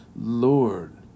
Lord